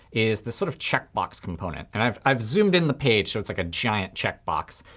is the sort of checkbox component. and i've i've zoomed in the page so it's like a giant checkbox.